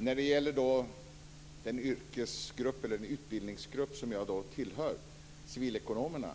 Fru talman! När det gäller den yrkes /utbildningsgrupp som jag tillhör, Civilekonomerna,